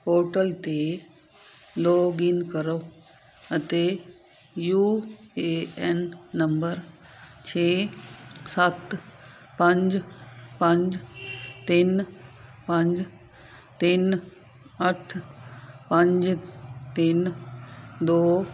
portal 'ਤੇ login ਕਰੋ ਅਤੇ ਯੂ ਏ ਐੱਨ ਨੰਬਰ ਛੇ ਸੱਤ ਪੰਜ ਪੰਜ ਤਿੰਨ ਪੰਜ ਤਿੰਨ ਅੱਠ ਪੰਜ ਤਿੰਨ ਦੋ